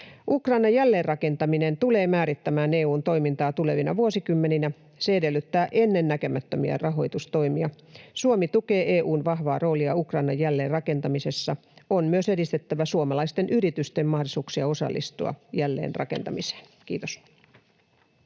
Ukrainan jälleenrakentaminen tulee määrittämään EU:n toimintaa tulevina vuosikymmeninä. Se edellyttää ennennäkemättömiä rahoitustoimia. Suomi tukee EU:n vahvaa roolia Ukrainan jälleenrakentamisessa. On myös edistettävä suomalaisten yritysten mahdollisuuksia osallistua jälleenrakentamiseen. — Kiitos.